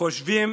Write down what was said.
חושבים